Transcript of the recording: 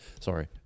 Sorry